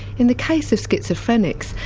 in the case of schizophrenics,